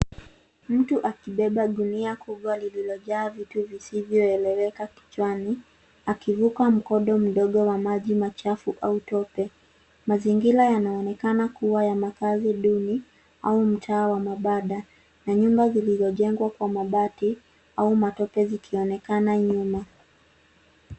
Mtu akibeba gunia kubwa lililojaa vitu visivyoeleweka kichwani akivuka mkodo mdogo wa maji machafu au tope. Mazingira yanaonekana kuwa ya makaazi duni au mtaa wa mabanda na nyumba zilizojengwa kwa mabati au matope zikionekana nyuma.